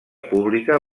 pública